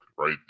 right